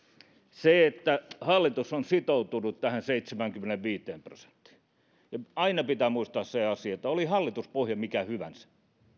se että hallitus on sitoutunut tähän seitsemäänkymmeneenviiteen prosenttiin aina pitää muistaa se asia että oli hallituspohja mikä hyvänsä